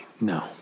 No